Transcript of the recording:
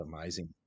amazing